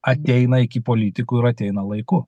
ateina iki politikų ir ateina laiku